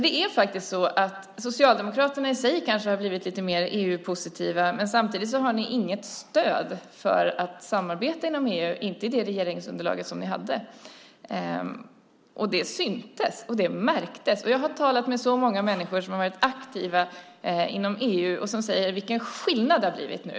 Det är faktiskt så att Socialdemokraterna i sig kanske har blivit lite mer EU-positiva, men samtidigt fanns inget stöd för att samarbeta inom EU i det regeringsunderlag ni hade. Det syntes, och det märktes. Jag har talat med många människor som har varit aktiva inom EU och som säger: Vilken skillnad det har blivit nu!